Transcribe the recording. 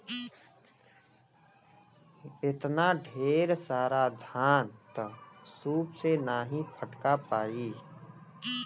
एतना ढेर सारा धान त सूप से नाहीं फटका पाई